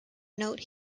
note